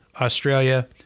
Australia